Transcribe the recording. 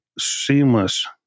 seamless